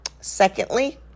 Secondly